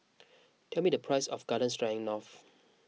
tell me the price of Garden Stroganoff